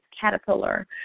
caterpillar